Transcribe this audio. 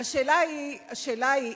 השאלה היא,